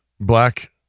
black